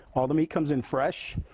all the meat comes in fresh.